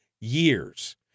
years